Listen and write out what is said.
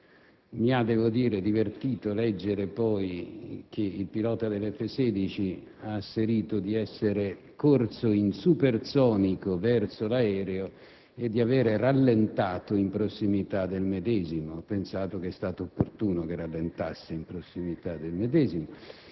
Mi ha devo dire divertito leggere poi che il pilota dell'F-16 ha asserito di essere corso in supersonico verso l'aereo e di aver rallentato in prossimità del medesimo. Ho pensato che fosse stato opportuno che rallentasse in prossimità del medesimo,